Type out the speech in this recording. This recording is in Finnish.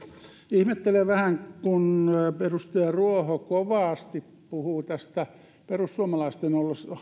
ihmettelen vähän kun edustaja ruoho kovasti puhuu tästä perussuomalaisten